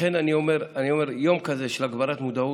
לכן אני אומר שיום כזה של הגברת מודעות,